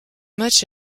match